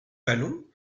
vallon